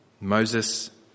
Moses